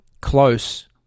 close